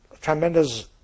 tremendous